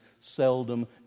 seldom